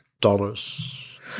dollars